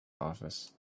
office